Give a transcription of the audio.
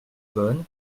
bonne